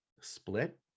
split